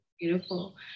Beautiful